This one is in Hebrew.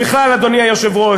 בכלל, אדוני היושב-ראש,